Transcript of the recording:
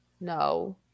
no